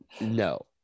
no